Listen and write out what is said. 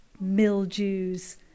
mildews